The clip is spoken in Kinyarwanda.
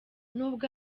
nubwo